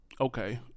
Okay